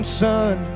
son